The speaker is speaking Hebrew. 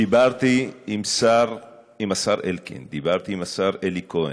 דיברתי עם השר אלקין, דיברתי עם השר אלי כהן,